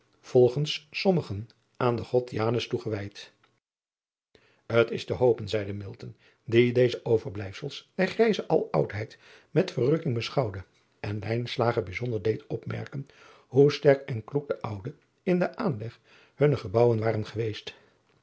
volgens fommigen aan den god anus toegewijd t s te hopen zeide die deze over driaan oosjes zn et leven van aurits ijnslager blijffels der grijze aloudheid met verrukking beschouwde en bijzonder deed opmerken hoe sterk en kloek de ouden in den aanleg hunner gebouwen waren geweest